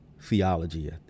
theology